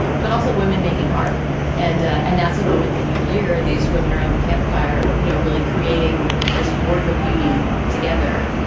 but also women making art and. and that's a moment that you hear these women around the campfire, you know, really creating this work of beauty together.